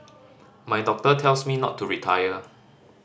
my doctor tells me not to retire